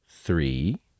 Three